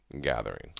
gathering